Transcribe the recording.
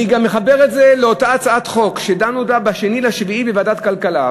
אני גם מחבר את זה לאותה הצעת חוק שדנו בה ב-2 ביולי בוועדת הכלכלה,